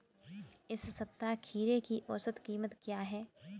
इस सप्ताह खीरे की औसत कीमत क्या है?